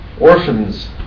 orphans